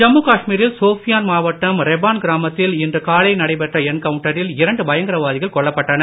ஜம்மு காஷ்மீரில் சோப்பியன் மாவட்டம் ரேபான் கிராமத்தில் இன்று காலை நடந்த என்கவுண்டரில் இரண்டு பயங்கரவாதிகள் கொல்லப்பட்டனர்